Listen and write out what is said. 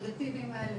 הסגרגטיביים האלה,